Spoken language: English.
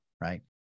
Right